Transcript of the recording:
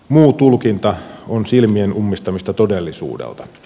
muu tulkinta on silmien ummistamista todellisuudelta